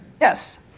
Yes